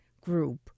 group